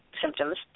symptoms